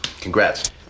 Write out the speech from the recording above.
Congrats